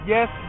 Yes